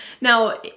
Now